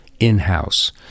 in-house